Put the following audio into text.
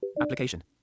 Application